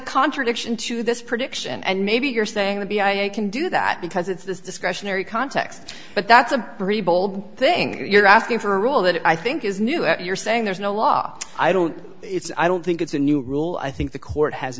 contradiction to this prediction and maybe you're saying maybe i can do that because it's this discretionary context but that's a pretty bold thing you're asking for all that i think is new and you're saying there's no law i don't it's i don't think it's a new rule i think the court has